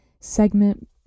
segment